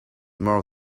more